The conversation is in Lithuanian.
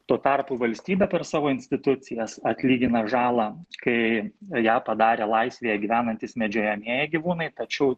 tuo tarpu valstybė per savo institucijas atlygina žalą kai ją padarė laisvėje gyvenantys medžiojamieji gyvūnai tačiau